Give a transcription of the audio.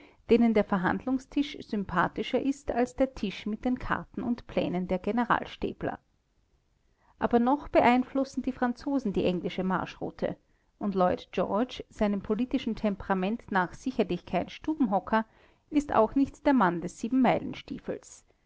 denen der verhandlungstisch sympathischer ist als der tisch mit den karten und plänen der generalstäbler aber noch beeinflussen die franzosen die englische marschroute und lloyd george seinem politischen temperament nach sicherlich kein stubenhocker ist auch nicht der mann des